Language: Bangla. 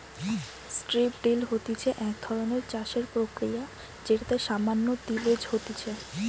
স্ট্রিপ ড্রিল হতিছে এক ধরণের চাষের প্রক্রিয়া যেটাতে সামান্য তিলেজ হতিছে